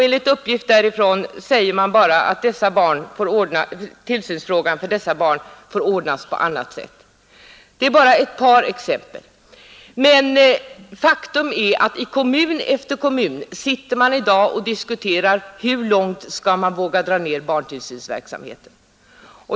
Enligt uppgift säger man bara att tillsynsfrågan för dessa barn får ordnas på annat sätt. Detta är bara ett par exempel. Faktum är att i kommun efter kommun diskuterar man i dag hur långt man skall våga dra ned barntillsynsverksamheten.